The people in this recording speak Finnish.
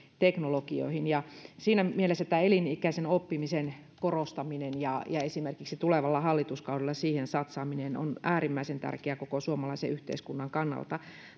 teknologioihin siinä mielessä elinikäisen oppimisen korostaminen ja esimerkiksi tulevalla hallituskaudella siihen satsaaminen on äärimmäisen tärkeä koko suomalaisen yhteiskunnan kannalta